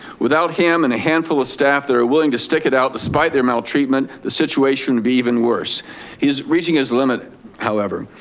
without him and a handful of staff that are willing to stick it out despite their maltreatment, the situation will be even worse. he is reaching his limit however.